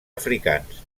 africans